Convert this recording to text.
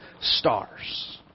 stars